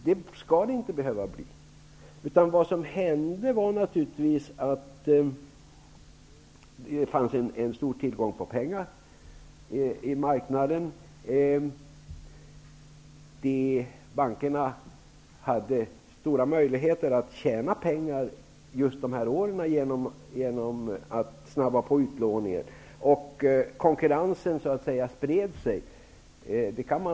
Så skall det inte behöva bli. Vad som hände var naturligtvis att det fanns en stor tillgång på pengar på marknaden. Bankerna hade stora möjligheter att tjäna pengar just under de här åren genom att snabba på utlåningen, och konkurrensen spred sig.